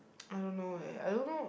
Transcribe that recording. I don't know eh I don't know